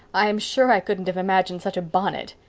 i'm sure i couldn't have imagined such a bonnet.